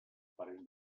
parell